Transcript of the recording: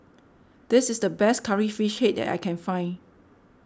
this is the best Curry Fish Head that I can find